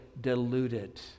deluded